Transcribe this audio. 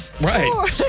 Right